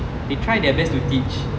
they try their best to teach